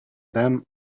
them